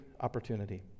opportunity